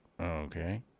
okay